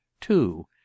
Two